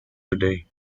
today